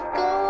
go